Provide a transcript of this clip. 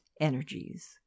energies